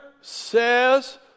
says